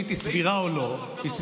יותר יפה ממה שאתה מתייחס למיעוט החרדי.